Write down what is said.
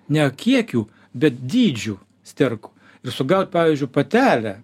ne kiekiu bet dydžiu sterkų ir sugaut pavyzdžiui patelę